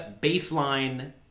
baseline